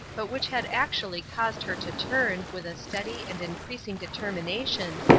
but which had actually caused her to turn, with a steady and increasing determination,